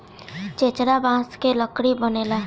चेचरा बांस के लकड़ी बनेला